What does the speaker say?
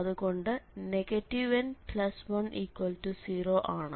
അതുകൊണ്ട് n10 ആണ്